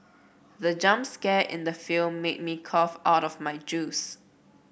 the jump scare in the film made me cough out my juice